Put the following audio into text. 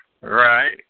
Right